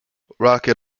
rocket